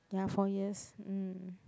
ya four years mm